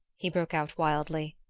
he broke out wildly,